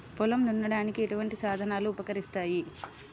పొలం దున్నడానికి ఎటువంటి సాధనాలు ఉపకరిస్తాయి?